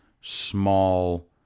small